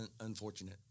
unfortunate